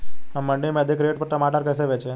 हम मंडी में अधिक रेट पर टमाटर कैसे बेचें?